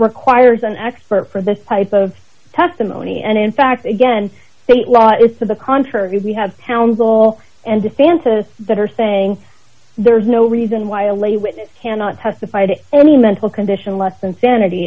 requires an expert for this type of testimony and in fact again state law is to the contrary we have counsel and defenses that are saying there's no reason why a lay witness cannot testify to any mental condition less insanity